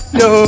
no